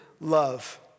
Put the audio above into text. love